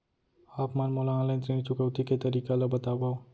आप मन मोला ऑनलाइन ऋण चुकौती के तरीका ल बतावव?